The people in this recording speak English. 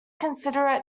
considered